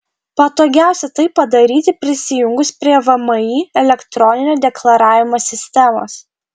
patogiausia tai padaryti prisijungus prie vmi elektroninio deklaravimo sistemos